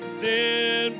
sin